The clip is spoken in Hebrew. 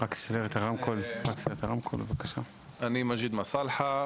אני מג'יד מסלחה,